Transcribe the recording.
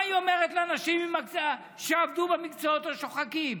מה היא אומרת לנשים שעבדו במקצועות השוחקים?